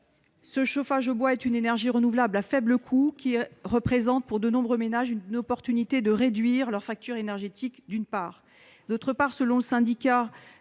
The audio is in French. Ce chauffage au bois est une énergie renouvelable à faible coût qui représente, pour de nombreux ménages, une opportunité de réduire leur facture énergétique. Par ailleurs, selon le Syndicat